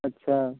اچھا